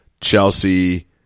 Chelsea